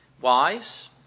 wise